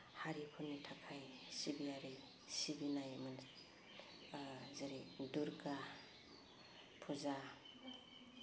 हारिफोरनि थाखाय सिबियारि सिबिनाय जेरै दुर्गा फुजा